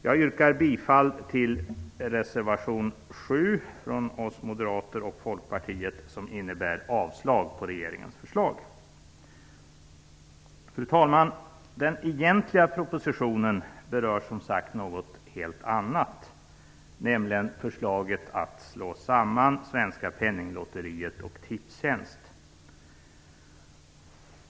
Jag yrkar bifall till reservation 7, från Moderaterna och Folkpartiet, som innebär avslag på regeringens förslag. Fru talman! Den egentliga propositionen berör som sagt något helt annat, nämligen förslaget att slå samman Svenska Penninglotteriet och Tipstjänst.